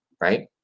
right